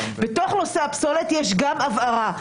בתוך נושא הפסולת יש גם הבערה.